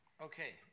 Okay